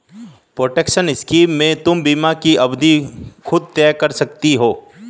protection scheme से तुम बीमा की अवधि खुद तय कर सकती हो